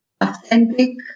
authentic